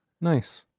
Nice